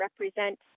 represent